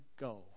go